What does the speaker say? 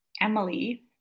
Emily